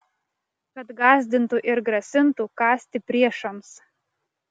kad gąsdintų ir grasintų kąsti priešams